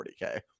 40k